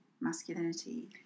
masculinity